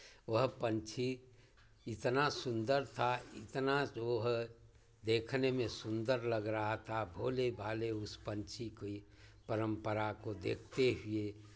वह पंछी इतना सुंदर था इतना जो है देखने में सुंदर लग रहा था भोले भाले उस पंछी की परंपरा को देखते हुए